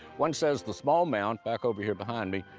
one says the small mound, back over here behind me,